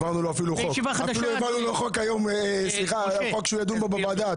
אפילו העברנו לו חוק לדיון בוועדה.